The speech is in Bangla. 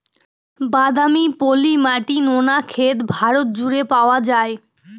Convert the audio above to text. বাদামি, পলি মাটি, নোনা ক্ষেত ভারত জুড়ে পাওয়া যায়